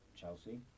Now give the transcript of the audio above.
Chelsea